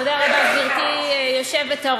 תודה רבה, גברתי היושבת-ראש.